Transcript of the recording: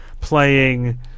playing